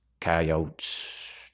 coyotes